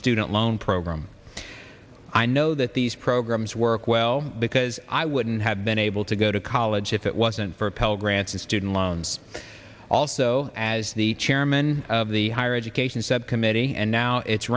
student loan program i know that these programs work well because i wouldn't have been able to go to college if it wasn't for pell grants and student loans also as the chairman of the higher education subcommittee and now it